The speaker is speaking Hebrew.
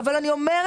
אבל אני אומרת,